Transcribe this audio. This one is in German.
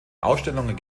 ausstellungen